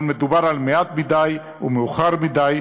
אבל מדובר על מעט מדי ומאוחר מדי.